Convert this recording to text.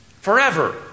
forever